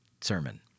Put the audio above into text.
sermon